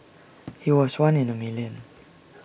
he was one in A million